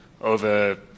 over